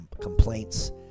complaints